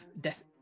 death